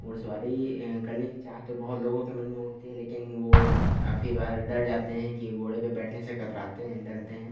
घुड़सवारी करने की चाह तो बहुत लोगों के मन में होती है लेकिन वह काफ़ी बार डर जाते हैं कि घोड़े पर बैठने से कतराते हैं डरते हैं